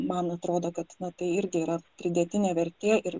man atrodo kad tai irgi yra pridėtinė vertė ir